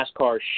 NASCAR